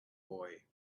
boy